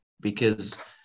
because-